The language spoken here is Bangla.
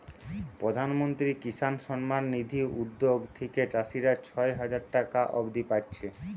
প্রধানমন্ত্রী কিষান সম্মান নিধি উদ্যগ থিকে চাষীরা ছয় হাজার টাকা অব্দি পাচ্ছে